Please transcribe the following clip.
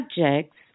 subjects